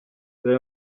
dore